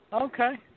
Okay